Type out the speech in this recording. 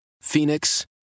Phoenix